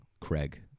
Craig